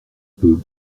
peu